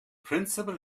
principal